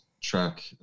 track